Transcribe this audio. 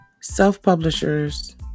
Self-publishers